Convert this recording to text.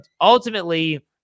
ultimately